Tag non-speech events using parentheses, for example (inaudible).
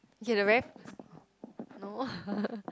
okay the very no (laughs)